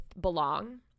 belong